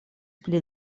pli